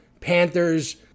Panthers